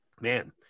Man